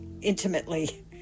intimately